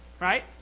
Right